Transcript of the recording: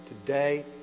today